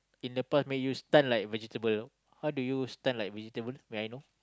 in the past make you stun like vegetable how do you stun like vegetable may I know